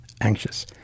anxious